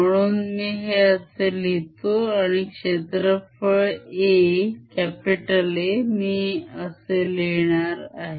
म्हणून मी हे असे लिहितो आणि क्षेत्रफळ A मी असे लिहिणार आहे